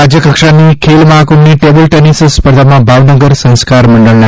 રાજયકક્ષાની ખેલ મહાકુંભની table tennis સ્પર્ધામાં ભાવનગર સંસ્કાર મંડળના